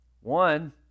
One